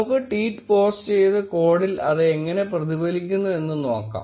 നമുക്ക് tweet post ചെയ്ത് കോഡിൽ അത് എങ്ങനെ പ്രതിഫലിക്കുന്നു എന്ന് നോക്കാം